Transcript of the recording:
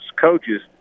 coaches